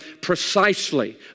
precisely